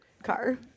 car